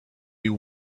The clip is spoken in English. you